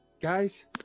guys